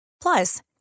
Plus